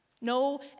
No